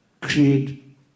create